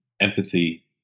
empathy